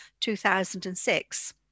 2006